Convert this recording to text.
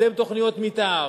לקדם תוכניות מיתאר,